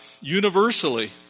universally